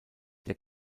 der